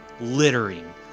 littering